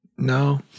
No